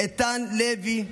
איתן לוי,